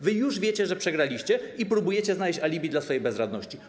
Wy już wiecie, że przegraliście, i próbujecie znaleźć alibi dla swojej bezradności.